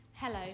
Hello